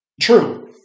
true